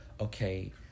okay